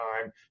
time